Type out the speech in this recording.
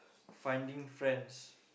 finding friends